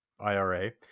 IRA